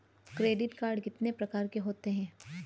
Credit card कितने प्रकार के होते हैं?